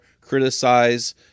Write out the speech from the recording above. criticize